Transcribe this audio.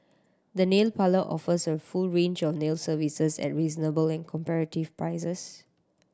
the nail parlour offers a full range of nail services at reasonable and comparative prices